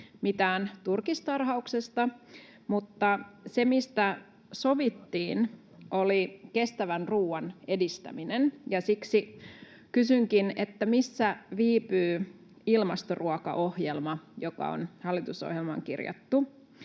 mitään turkistarhauksesta, mutta se, mistä sovittiin, oli kestävän ruoan edistäminen, ja siksi kysynkin: missä viipyy ilmastoruokaohjelma, joka on hallitusohjelmaan kirjattu?